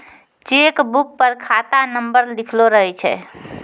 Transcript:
cheque book पर खाता number लिखलो रहै छै